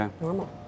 normal